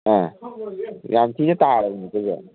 ꯑꯥ ꯌꯥꯝꯊꯤꯅ ꯇꯥꯔꯕꯅꯤꯀꯣ ꯁꯦ